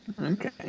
Okay